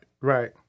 right